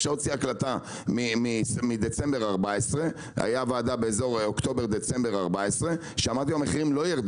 אפשר להוציא הקלטה של הוועדה משנת 2014 בין